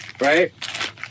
Right